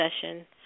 session